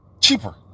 cheaper